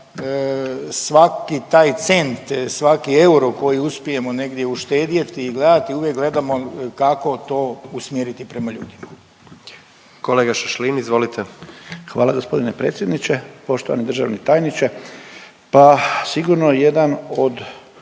svaki taj cent, svaki euro koji uspijemo negdje uštedjeti i gledati, uvijek gledamo kao to usmjeriti prema ljudima. **Jandroković, Gordan (HDZ)** Kolega Šašlin, izvolite. **Šašlin, Stipan (HDZ)** Hvala gospodine predsjedniče. Poštovani državni tajniče, pa sigurno jedan od